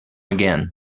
again